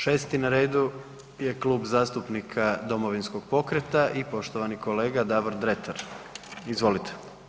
6. na redu je Klub zastupnika Domovinskog pokreta i poštovani kolega Davor Dretar, izvolite.